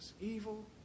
Evil